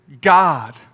God